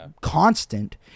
constant